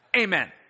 Amen